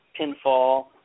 pinfall